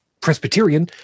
presbyterian